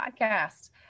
podcast